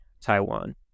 Taiwan